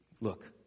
look